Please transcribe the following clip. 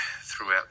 throughout